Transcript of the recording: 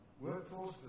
workforce